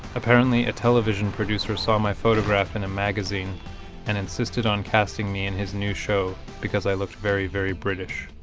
apparently a television producer saw my photograph in a magazine and insisted on casting me in his new show because i looked very, very british.